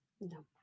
No